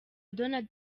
donald